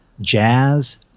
jazz